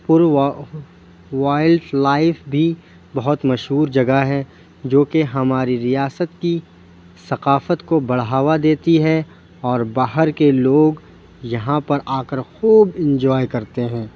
پورا wildlife بھی بہت مشہور جگہ ہے جو کہ ہماری ریاست کی ثقافت کو بڑھاوا دیتی ہے اور باہر کے لوگ یہاں پر آ کر خوب انجوائے کرتے ہیں